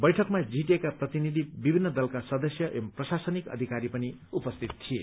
बैठकमा जीटीएका प्रतिनिधि विभिन्न दलका सदस्य एवं प्रशासनिक अधिकारी पनि उपस्थित थिए